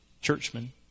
churchmen